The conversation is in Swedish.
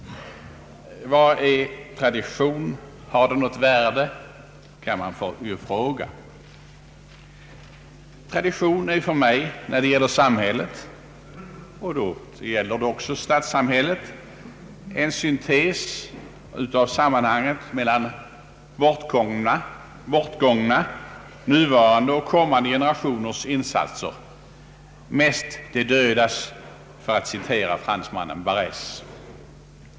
Vad är tradition, har den något värde? kan man ju fråga. Tradition är för mig när det gäller samhället, och då givetvis ett sådant särpräglat samhälle som stadssamhället, en syntes mellan bortgångna, nuvarande och kommande generationers insatser, mest de dödas, för att citera fransmannen Barrés.